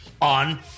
on